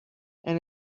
and